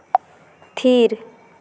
ᱛᱷᱤᱨ